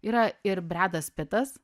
yra ir bredas pitas